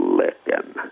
licking